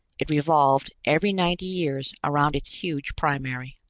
it revolved every ninety years around its huge primary.